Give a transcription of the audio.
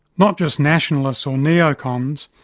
not just nationalists or neo-cons,